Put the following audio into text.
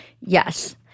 Yes